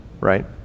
right